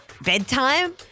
bedtime